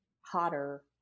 hotter